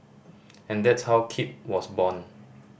and that's how Keep was born